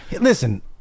Listen